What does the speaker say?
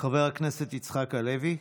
חבר הכנסת יצחק הלוי.